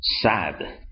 sad